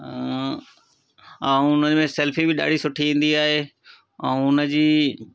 ऐं उन में सेल्फी बि ॾाढी सुठी ईंदी आहे ऐं उन जी